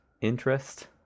interest